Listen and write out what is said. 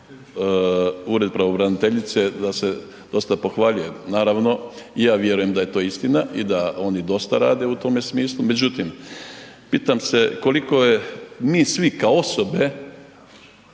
Ured pravobreniteljice, da se dosta pohvaljuje, naravno i ja vjerujem da je to istina i da oni dosta rade u tome smislu, međutim, pitam se koliko je mi svi kao osobe